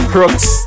Crooks